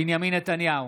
בנימין נתניהו,